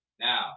Now